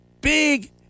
Big